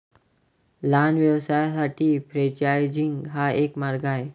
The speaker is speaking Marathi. लहान व्यवसायांसाठी फ्रेंचायझिंग हा एक मार्ग आहे